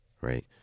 right